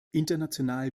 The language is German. international